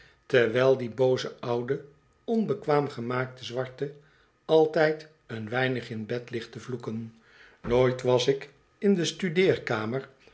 terwijl die booze oude onbekwaam gemaakte zwarte altijd een weinig in bed ligt te vloeken nooit was ik in de